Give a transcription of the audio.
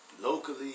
locally